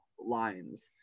Lines